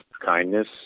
kindness